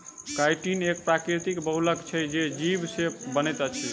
chitin एक प्राकृतिक बहुलक छै जे जीव से बनैत अछि